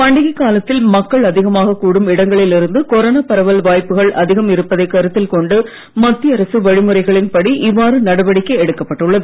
பண்டிகைக் காலத்தில் மக்கள் அதிகமாகக் கூடும் இடங்களில் இருந்து கொரோனா பரவல் வாய்ப்புகள் அதிகம் இருப்பதைக் கருத்தில் கொண்டு மத்திய அரசு வழிமுறைகளின் படி இவ்வாறு நடவடிக்கை எடுக்கப் பட்டுள்ளது